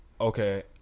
Okay